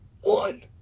One